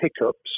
hiccups